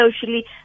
socially